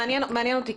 מעניין אותי,